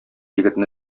егетне